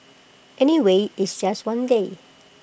anyway it's just one day